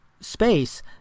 Space